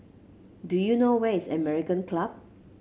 do you know where is American Club